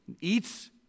eats